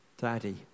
Daddy